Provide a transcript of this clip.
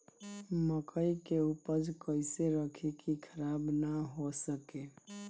मकई के उपज कइसे रखी की खराब न हो सके?